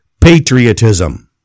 patriotism